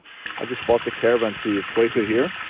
i just bought the caravan to place it here